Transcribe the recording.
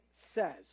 says